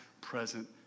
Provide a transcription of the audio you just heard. present